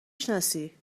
شناسی